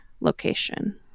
location